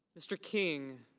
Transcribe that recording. mr. king.